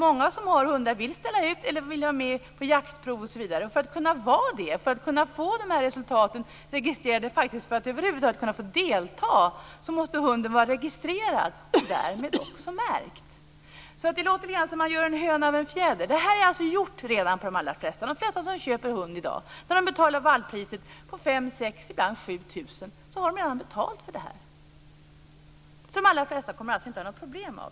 Många som har hundar vill ställa ut eller vara med på jaktprov osv. För att kunna få resultaten registrerade och för att över huvud taget få delta måste hunden vara registrerad och därmed också märkt. Det låter lite grann som om det görs en höna av en fjäder. Märkningen är redan gjord på de allra flesta hundar. De flesta som köper hund i dag för ett valppris på 5 000-7 000 kr har redan betalt för registreringen. De allra flesta kommer inte att ha något problem.